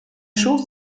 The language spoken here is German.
schoß